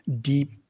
deep